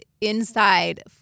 inside